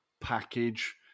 package